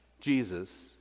Jesus